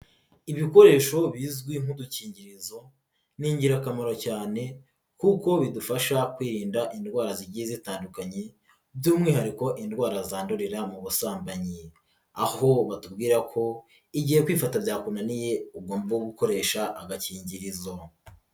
Ibikoresho bizwi nk'udukingirizo, ni ingirakamaro cyane kuko bidufasha kwirinda indwara zigiye zitandukanye by'umwihariko indwara zandurira mu busambanyi. Aho batubwira ko igiye kwifata byakunaniye ugomba gukoresha agakingirizo.